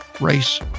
race